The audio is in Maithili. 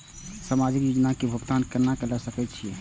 समाजिक योजना के भुगतान केना ल सके छिऐ?